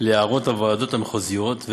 להערות הוועדות המחוזיות,